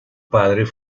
padres